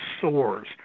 soars